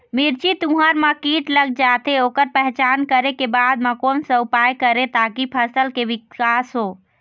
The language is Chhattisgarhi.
मिर्ची, तुंहर मा कीट लग जाथे ओकर पहचान करें के बाद मा कोन सा उपाय करें ताकि फसल के के विकास हो?